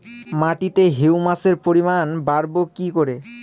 মাটিতে হিউমাসের পরিমাণ বারবো কি করে?